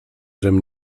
żem